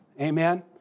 Amen